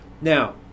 now